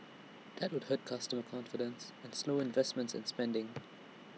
that would hurt consumer confidence and slow investments and spending